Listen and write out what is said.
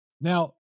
Now